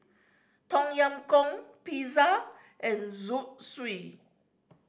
Tom Yam Goong Pizza and Zosui